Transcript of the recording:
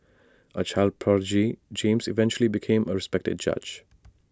A child prodigy James eventually became A respected judge